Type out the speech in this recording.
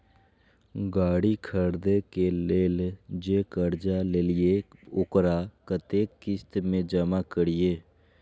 गाड़ी खरदे के लेल जे कर्जा लेलिए वकरा कतेक किस्त में जमा करिए?